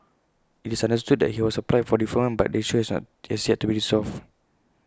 IT is understood that he has applied for deferment but the issue has yet to be resolved